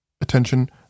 Attention